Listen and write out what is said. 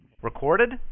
Recorded